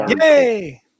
Yay